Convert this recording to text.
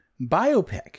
biopic